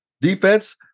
defense